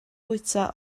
fwyta